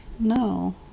No